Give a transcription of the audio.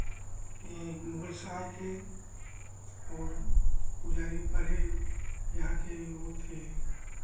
ये मुगलसराय के और पुजारी पहले यहाँ के वो थे